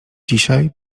dzisiaj